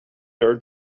their